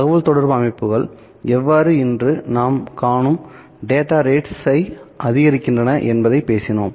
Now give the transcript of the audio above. தகவல்தொடர்பு அமைப்புகள் எவ்வாறு இன்று நாம் காணும் டேட்டா ரேட்ஸ் ஐ அதிகரிக்கின்றன என்பதை பேசினோம்